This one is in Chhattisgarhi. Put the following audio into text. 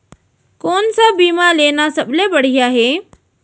कोन स बीमा लेना सबले बढ़िया हे?